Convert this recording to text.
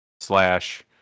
slash